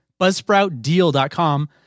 buzzsproutdeal.com